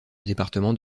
département